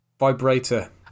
Vibrator